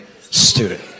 student